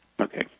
Okay